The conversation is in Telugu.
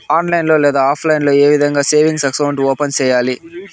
ఆన్లైన్ లో లేదా ఆప్లైన్ లో ఏ విధంగా సేవింగ్ అకౌంట్ ఓపెన్ సేయాలి